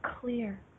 clear